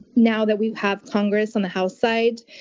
now that we've had congress on the house side,